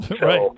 Right